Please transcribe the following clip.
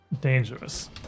dangerous